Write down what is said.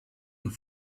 und